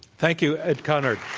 thank you, ed conard.